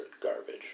garbage